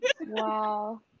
Wow